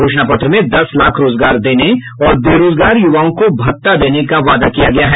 घोषणा पत्र में दस लाख रोजगार देने और बेरोजगार युवाओं को भत्ता देने का वादा किया गया है